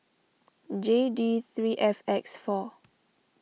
J D three F X four